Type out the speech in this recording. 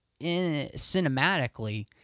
cinematically